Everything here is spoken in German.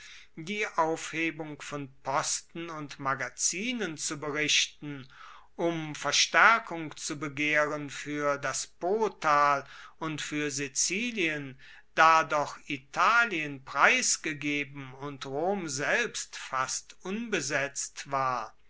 die aufhebung von posten und magazinen zu berichten um verstaerkung zu begehren fuer das potal und fuer sizilien da doch italien preisgegeben und rom selbst fast unbesetzt war